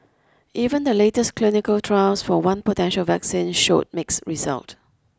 even the latest clinical trials for one potential vaccine showed mix result